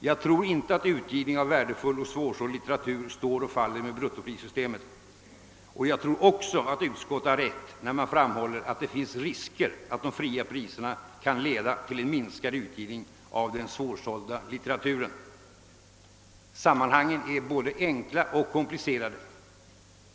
Jag tror inte att utgivningen av värdefull, svårsåld litteratur står och faller med bruttoprissystemet, men jag tror att utskottet också har rätt när det framhåller att det finns risker för att de fria priserna kan leda till en minskad utgivning av den svårsålda litteraturen. Sammanhangen är både enkla och komplicerade.